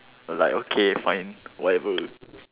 like okay fine whatever